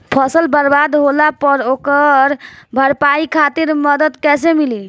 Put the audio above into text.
फसल बर्बाद होला पर ओकर भरपाई खातिर मदद कइसे मिली?